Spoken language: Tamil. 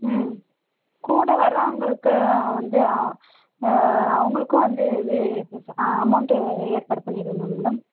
உம் கூட வர்றவங்களுக்கு வந்து அவங்களுக்கும் வந்து இது அமௌண்ட் ஏற்பாடு பண்ணிடுவிங்களா மேடம்